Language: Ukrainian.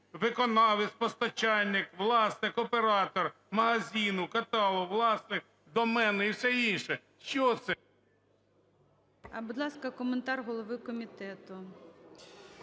Виконавець, постачальник, власник, оператор магазину чи каталогу, власник домену і все інше – що це? ГОЛОВУЮЧИЙ. Будь ласка, коментар голови комітету.